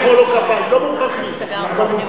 מותר לי למחוא לו כפיים, לא מוכרחים, אבל מותר.